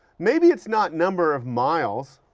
maybe it's not number of miles,